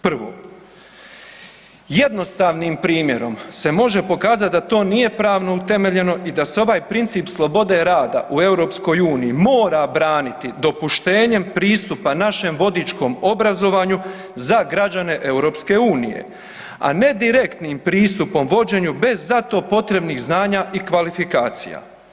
Prvo, jednostavnim primjerom se može pokazat da to nije pravno utemeljeno i da se ovaj princip slobode rada u EU mora braniti dopuštenjem pristupa našem vodičkom obrazovanju za građane EU, a ne direktnim pristupom vođenju bez za to potrebnih znanja i kvalifikacija.